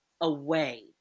away